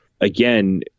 again